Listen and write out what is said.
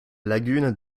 lagune